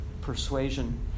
persuasion